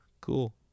Cool